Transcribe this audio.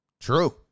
True